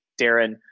Darren